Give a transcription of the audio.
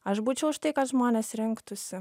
aš būčiau už tai kad žmonės rinktųsi